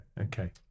Okay